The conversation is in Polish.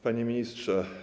Panie Ministrze!